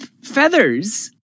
feathers